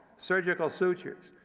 surgical sutures,